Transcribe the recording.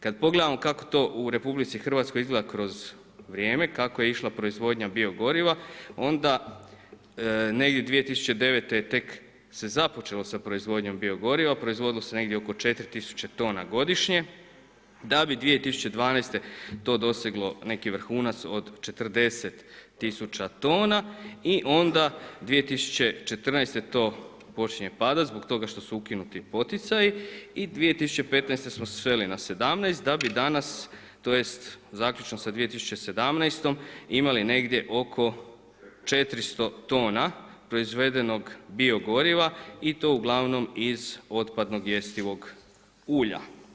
Kad pogledamo kako to u RH izgleda kroz vrijeme, kako je išla proizvodnja bio goriva onda negdje 2009. tek se započelo sa proizvodnjom bio goriva, proizvodilo se negdje oko 4000 tona godišnje da bi 2012. to doseglo neki vrhunac od 40 000 tona i onda 2014. to počinje padat zbog toga što su ukinuti poticaji i 2015. smo sveli na 17 da bi danas tj. zaključno sa 2017., imali negdje oko 400 tona proizvedenog bio goriva i to ugl. iz otpadnog jestivog ulja.